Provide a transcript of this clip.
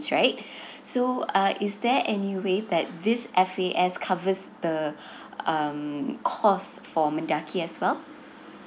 right so uh is there any way that these F A S covers the um cost for mendaki as well